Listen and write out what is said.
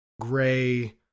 Gray